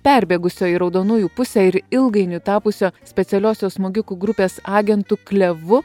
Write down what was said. perbėgusio į raudonųjų pusę ir ilgainiui tapusio specialiosios smogikų grupės agentu klevu